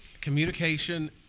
communication